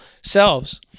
selves